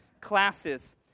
classes